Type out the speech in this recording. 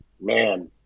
Man